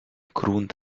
grund